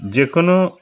যে কোনো